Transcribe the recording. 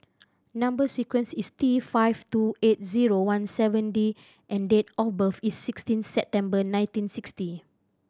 number sequence is T five two eight zero one seven D and date of birth is sixteen September nineteen sixty